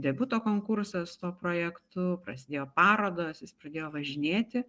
debiuto konkursą su tuo projektu prasidėjo parodos pradėjo važinėti